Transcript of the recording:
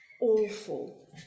awful